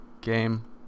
Game